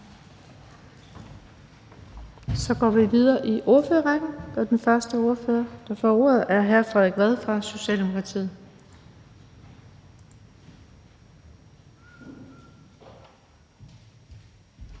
Så går vi videre i ordførerrækken, og den første ordfører, der får ordet, er hr. Frederik Vad fra Socialdemokratiet.